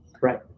right